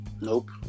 Nope